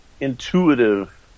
intuitive